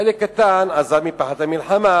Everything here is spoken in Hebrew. חלק קטן עזבו מפחד המלחמה,